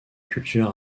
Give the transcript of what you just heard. culture